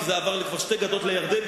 זה כבר עבר לשתי גדות לירדן,